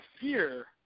fear